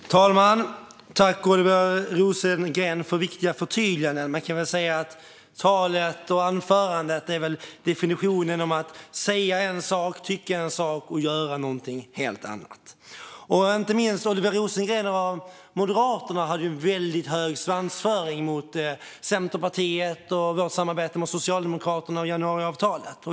Fru talman! Tack, Oliver Rosengren, för viktiga förtydliganden! Man kan väl säga att anförandet var definitionen av att säga en sak, tycka en sak och göra någonting helt annat. Moderaterna och inte minst Oliver Rosengren hade väldigt hög svansföring gentemot Centerpartiet och vårt samarbete med Socialdemokraterna i januariavtalet.